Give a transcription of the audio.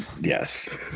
Yes